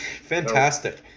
Fantastic